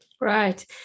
Right